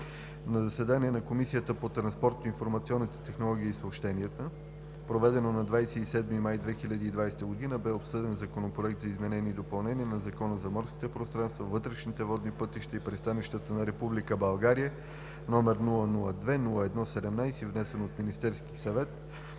На заседание на Комисията по транспорт, информационни технологии и съобщения, проведено на 27 май 2020 г., бе обсъден Законопроект за изменение и допълнение на Закона за морските пространства, вътрешните водни пътища и пристанищата на Република България, № 002-01-17, внесен от Министерския съвет